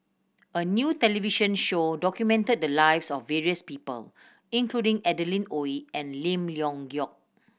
a new television show documented the lives of various people including Adeline Ooi and Lim Leong Geok